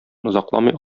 озакламый